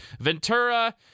Ventura